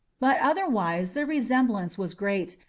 but otherwise the resemblance was great,